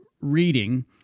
reading